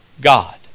God